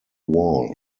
wall